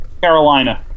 Carolina